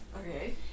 Okay